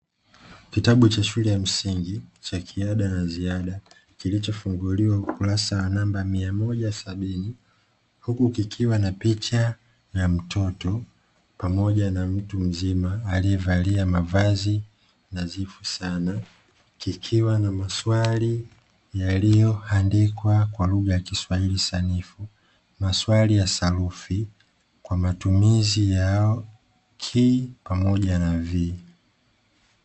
Kitabu cha shule ya msingi cha kiada na ziada kilichofunguliwa ukurasa wa miamoja na sabini, huku kikiwa na picha ya mtoto na mtu mzima aliyevalia mavazi nadhifu sana kikiwa na maswali yaliyoandikwa kwa lugha ya kiswahili sanifu maswali ya sarufi kwa matumizi yao ki pamoja na vi.